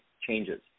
changes